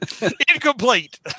Incomplete